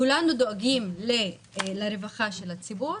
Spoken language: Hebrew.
כולנו דואגים לרווחה של הציבור,